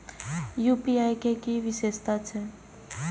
UPI के कि विषेशता छै?